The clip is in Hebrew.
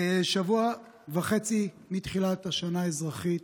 שבוע וחצי מתחילת השנה האזרחית,